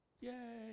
Yay